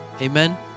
amen